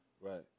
right